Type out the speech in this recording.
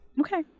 Okay